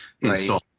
install